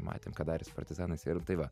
matėm ką darė su partizanas ir tai va